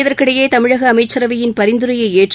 இதற்கிடையே தமிழக அமைச்சரவையின் பரிந்துரையை ஏற்று